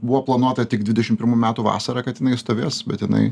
buvo planuota tik dvidešim pirmų metų vasarą kad jinai stovės bet jinai